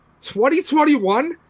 2021